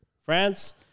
France